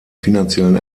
finanziellen